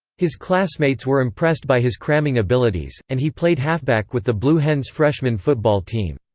his classmates were impressed by his cramming abilities, and he played halfback with the blue hens freshman football team.